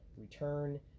return